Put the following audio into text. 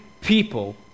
people